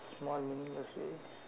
small meaningless